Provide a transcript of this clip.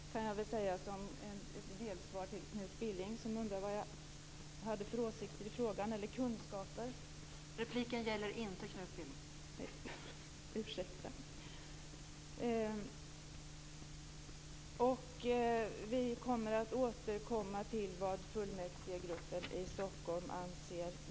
Det kan jag väl säga som ett delsvar till Knut Billing, som undrade vad jag hade för åsikter, eller kunskaper, i frågan.